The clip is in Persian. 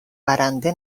برنده